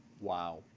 Wow